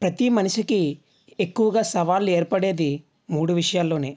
ప్రతీ మనిషికి ఎక్కువగా సవాళ్ళు ఏర్పడేది మూడు విషయాల్లోనే